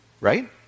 right